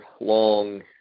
long